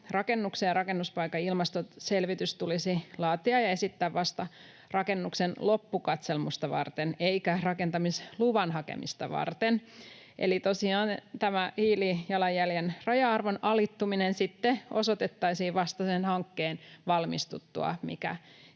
Rakennuksen ja rakennuspaikan ilmastoselvitys tulisi laatia ja esittää vasta rakennuksen loppukatselmusta varten, eikä rakentamisluvan hakemista varten. Eli tosiaan tämä hiilijalanjäljen raja-arvon alittuminen osoitettaisiin vasta sen hankkeen valmistuttua,